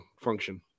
function